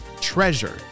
treasure